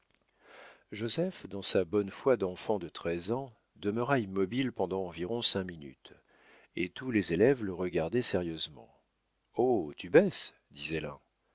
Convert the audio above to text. joseph dans sa bonne foi d'enfant de treize ans demeura immobile pendant environ cinq minutes et tous les élèves le regardaient sérieusement oh tu baisses disait l'un